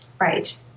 Right